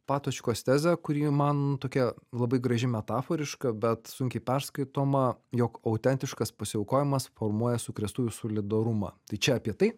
patočkos tezę kuri man tokia labai graži metaforiška bet sunkiai perskaitoma jog autentiškas pasiaukojimas formuoja sukrėstųjų solidarumą tai čia apie tai